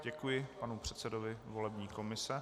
Děkuji panu předsedovi volební komise.